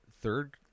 third